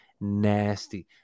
nasty